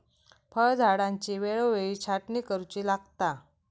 फळझाडांची वेळोवेळी छाटणी करुची लागता